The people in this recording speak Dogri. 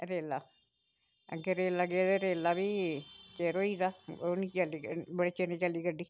रेला अग्गें रेला गे ते रेला बी चिर होई गेदा बड़ी चिरें चली गड्डी